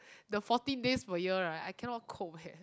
the fourteen days per year right I cannot cope eh